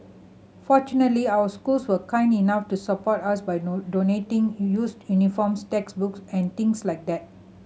fortunately our schools were kind enough to support us by donating used uniforms textbooks and things like that